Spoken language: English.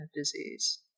disease